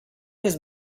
his